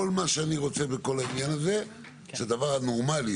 כל מה שאני רוצה בכל העניין הזה זה דבר נורמלי,